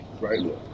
right